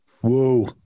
Whoa